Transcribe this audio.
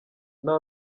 nta